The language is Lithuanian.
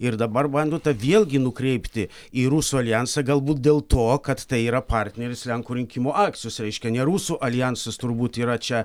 ir dabar bandote vėlgi nukreipti į rusų aljansą galbūt dėl to kad tai yra partneris lenkų rinkimų akcijos reiškia ne rusų aljansas turbūt yra čia